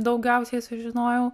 daugiausiai sužinojau